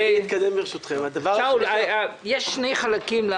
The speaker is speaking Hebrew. שאול, יש שני חלקים.